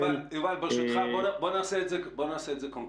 יובל, ברשותך, בוא נעשה את זה קונקרטי.